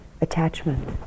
attachment